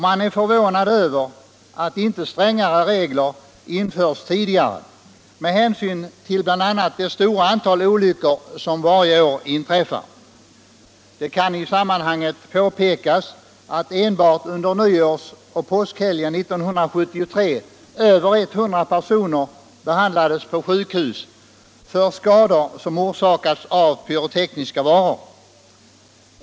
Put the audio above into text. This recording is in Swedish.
Man är förvånad över att inte strängare regler införts tidigare med hänsyn till bl.a. det stora antal olyckor som varje år inträffar. Det kan i sammanhanget påpekas att enbart under nyårsoch påskhelgerna 1973 över 100 personer behandlades på sjukhus för skador som orsakats av pyrotekniska varor.